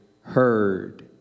heard